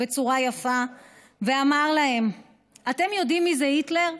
בצורה יפה ואמר להם: אתם יודעים מי זה היטלר?